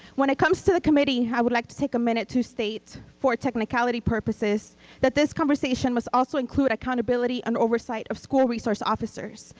when it comes to the committee, i would like to take a minute to state for technicality purposes that this conversation must also include accountability and oversight of school resource officers,